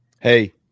Hey